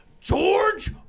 George